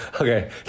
Okay